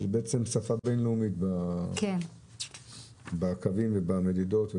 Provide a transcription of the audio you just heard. זה בעצם שפה בין-לאומית בקווים ובמדידות.